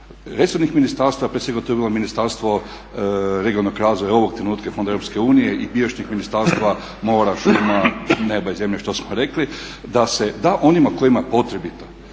resornih ministarstava, prije svega tu je bilo Ministarstvo regionalnog razvoja ovog trenutka i fondova EU i prijašnjih ministarstava mora, šuma, neba i zemlje što smo rekli, da se da onima kojima je potrebito.